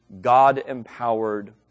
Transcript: God-empowered